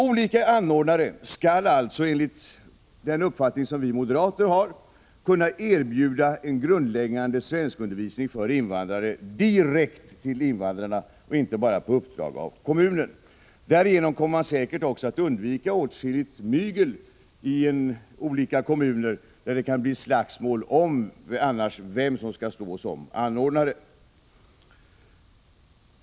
Olika anordnare skall alltså enligt den uppfattning som vi moderater har kunna erbjuda en grundläggande svenskundervisning för invandrare direkt till invandrarna och inte bara på uppdrag av kommunen. Därigenom kommer man säkert också att undvika åtskilligt mygel i olika kommuner, där det annars kan bli slagsmål om vem som skall stå som anordnare.